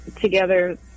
together